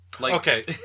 Okay